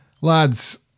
lads